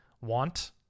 want